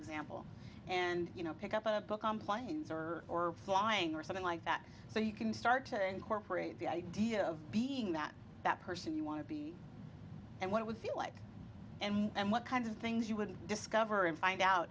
example and you know pick up a book on planes or flying or something like that so you can start to incorporate the idea of being that that person you want to be and what it would feel like and what kinds of things you would discover and find out